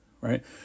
Right